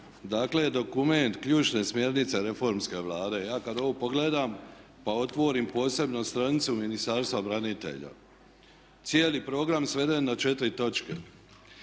dakle dokument ključne smjernice reformske Vlade, ja kad ovo pogledam pa otvorim posebno stranicu Ministarstva branitelja, cijeli program sveden na četiri točke.